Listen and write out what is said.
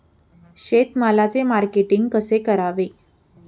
शेतमालाचे मार्केटिंग कसे करावे?